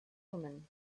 woman